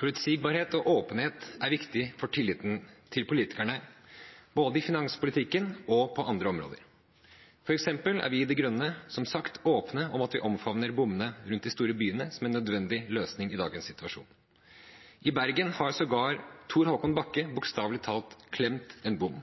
Forutsigbarhet og åpenhet er viktig for tilliten til politikerne både i finanspolitikken og på andre områder. For eksempel er vi i De Grønne som sagt åpne om at vi omfavner bommene rundt de store byene, som en nødvendig løsning i dagens situasjon. I Bergen har sågar Thor Haakon Bakke bokstavelig talt klemt en bom.